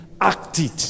acted